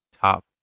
top